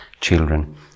children